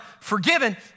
forgiven